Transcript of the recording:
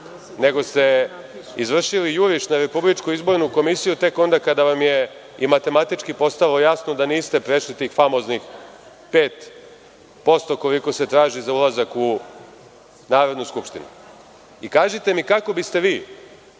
nego ste izvršili juriš na RIK tek onda kada vam je i matematički postalo jasno da niste prešli tih famoznih 5% koliko se traži za ulazak u Narodnu skupštinu. Kažite mi kako biste vi